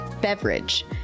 beverage